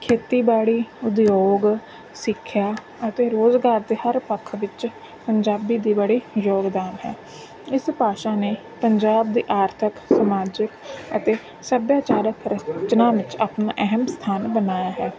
ਖੇਤੀਬਾੜੀ ਉਦਯੋਗ ਸਿੱਖਿਆ ਅਤੇ ਰੁਜ਼ਗਾਰ ਦੇ ਹਰ ਪੱਖ ਵਿੱਚ ਪੰਜਾਬੀ ਦੀ ਬੜੀ ਯੋਗਦਾਨ ਹੈ ਇਸ ਭਾਸ਼ਾ ਨੇ ਪੰਜਾਬ ਦੇ ਆਰਥਿਕ ਸਮਾਜਿਕ ਅਤੇ ਸਭਿਆਚਾਰਕ ਰਚਨਾਂ ਵਿੱਚ ਆਪਣਾ ਅਹਿਮ ਸਥਾਨ ਬਣਾਇਆ ਹੈ